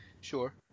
Sure